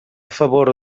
favor